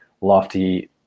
lofty